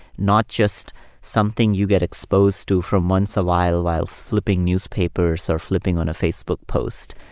not just something you get exposed to from once a while while flipping newspapers or flipping on a facebook post?